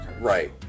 Right